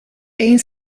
egin